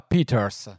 Peters